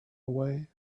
away